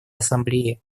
ассамблеи